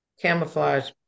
camouflage